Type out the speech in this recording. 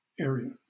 area